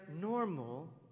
normal